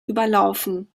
überlaufen